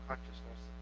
Consciousness